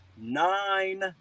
nine